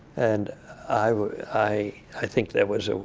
and i i think that was